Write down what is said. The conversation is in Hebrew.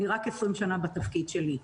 אני רק 20 שנה בתפקיד שלי.